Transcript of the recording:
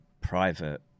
private